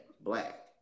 black